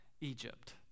Egypt